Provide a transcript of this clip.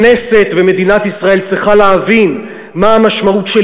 הכנסת ומדינת ישראל צריכות להבין מה המשמעות של